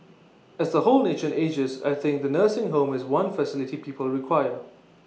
as the whole nation ages I think the nursing home is one facility people require